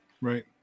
Right